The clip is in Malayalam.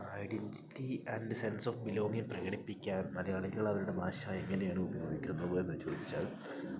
identity and sense of belonging പ്രകടിപ്പിക്കാൻ മലയാളികൾ അവരുടെ ഭാഷ എങ്ങനെയാണ് ഉപയോഗിക്കുന്നത് എന്നു ചോദിച്ചാൽ